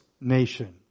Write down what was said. nation